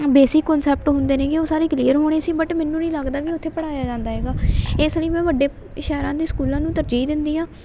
basic concept ਹੁੰਦੇ ਨੇਗੇ ਉਹ ਸਾਰੇ ਕਲੀਅਰ ਹੋਣੇ ਸੀ ਬਟ ਮੈਨੂੰ ਨਹੀਂ ਲੱਗਦਾ ਵੀ ਉੱਥੇ ਪੜ੍ਹਾਇਆ ਜਾਂਦਾ ਹੈਗਾ ਇਸ ਲਈ ਮੈਂ ਵੱਡੇ ਸ਼ਹਿਰਾਂ ਦੇ ਸਕੂਲਾਂ ਨੂੰ ਤਰਜੀਹ ਦਿੰਦੀ ਹਾਂ